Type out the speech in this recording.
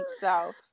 south